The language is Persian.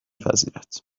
پذیرد